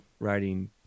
writing